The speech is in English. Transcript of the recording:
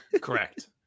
Correct